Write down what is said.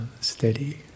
Steady